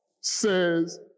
says